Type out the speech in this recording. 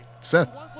seth